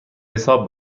حساب